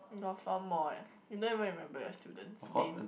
got four more eh you don't even remember your students' name